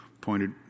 pointed